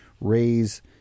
raise